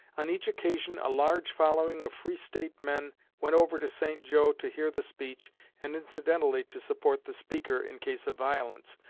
on each occasion a large following of free state men went over to st. jo to hear the speech and incidentally to support the speaker in case of violence,